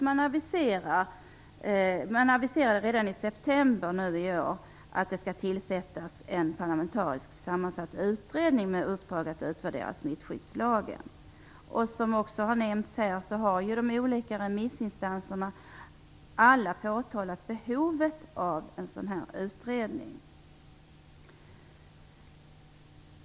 Regeringen aviserade redan i september att det skulle tillsättas en parlamentariskt tillsatt utredning med uppdrag att utvärdera smittskyddslagen. Som det nämnts här har de olika remissinstanserna alla påpekat behovet av en sådan utredning.